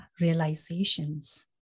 realizations